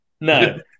No